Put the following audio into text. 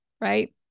right